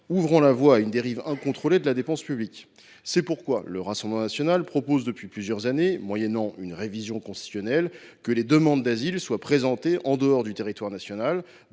ouvre la voie à une dérive incontrôlée de la dépense publique. C’est pourquoi le Rassemblement national propose depuis plusieurs années, moyennant une révision constitutionnelle, que les demandes d’asile soient présentées en dehors du territoire national,